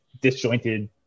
disjointed